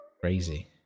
Crazy